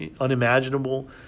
unimaginable